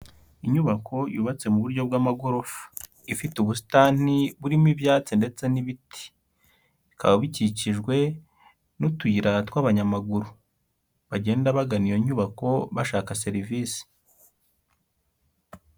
Inyubako yubatse mu buryo bw'amagorofa. Ifite ubusitani burimo ibyatsi ndetse n'ibiti. Bikaba bikikijwe n'utuyira tw'abanyamaguru bagenda bagana iyo nyubako bashaka serivisi.